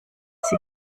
sie